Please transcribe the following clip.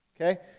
okay